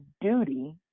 duty